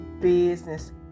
business